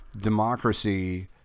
democracy